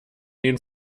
den